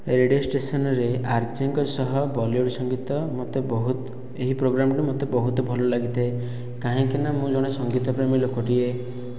radio station ରେ R J ଙ୍କ ସହ ବଲିଉଡ ସଙ୍ଗୀତ ମୋତେ ବହୁତ ଏହି ପ୍ରୋଗ୍ରାମକୁ ମୋତେ ବହୁତ ଭଲ ଲାଗିଥାଏ କାହିଁକିନା ମୁଁ ଜଣେ ସଙ୍ଗୀତ ପ୍ରେମୀ ଲୋକଟିଏ